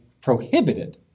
prohibited